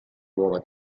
nuova